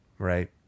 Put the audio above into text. Right